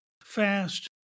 fast